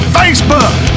facebook